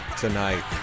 tonight